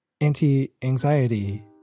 anti-anxiety